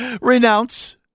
renounce